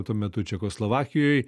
tuo metu čekoslovakijoj